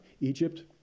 Egypt